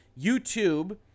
YouTube